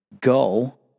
go